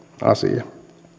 asia